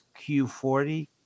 Q40